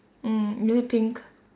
mm is it pink